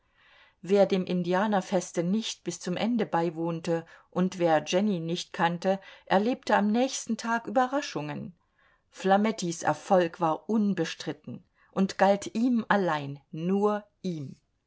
wer dem indianerfeste nicht bis zum ende beiwohnte und wer jenny nicht kannte erlebte am nächsten tag überraschungen flamettis erfolg war unbestritten und galt ihm allein nur ihm